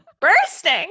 bursting